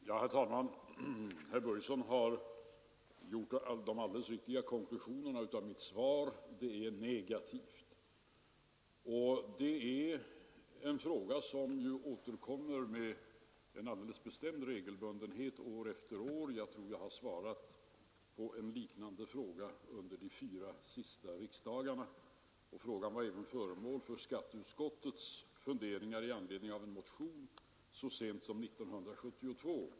Herr talman! Herr Börjesson har dragit de alldeles riktiga konklusionerna av mitt svar: det är negativt. Detta är en fråga som återkommer med stor regelbundenhet år efter år — jag tror jag har svarat på liknande frågor under de fyra senaste riksdagarna. Problemet var även föremål för skatteutskottets funderingar i anledning av en motion så sent som 1972.